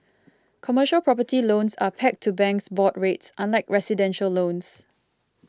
commercial property loans are pegged to banks' board rates unlike residential loans